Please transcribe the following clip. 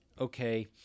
okay